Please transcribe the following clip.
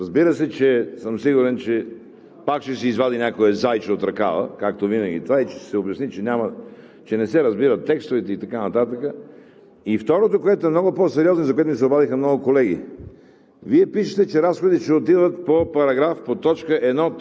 И как ще се реши този въпрос? Разбира се, сигурен съм, че пак ще се извади някое зайче от ръкава, както винаги, и ще се обясни, че не се разбират текстовете и така нататък. Второто, което е много по-сериозно, за което ми се обадиха много колеги.